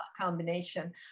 combination